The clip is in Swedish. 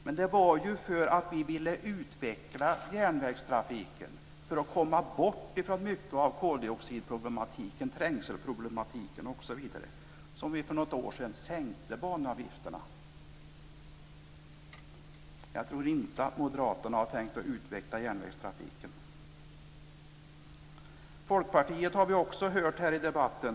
Men det var för att vi ville utveckla järnvägstrafiken, för att komma bort ifrån mycket av koldioxidproblematiken, trängselproblemen osv. som vi för något år sedan sänkte banavgifterna. Jag tror inte att moderaterna har tänkt att utveckla järnvägstrafiken. Folkpartiet har vi också hört i debatten.